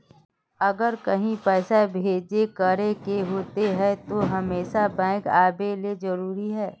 अगर कहीं पैसा भेजे करे के होते है तो हमेशा बैंक आबेले जरूरी है?